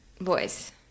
voice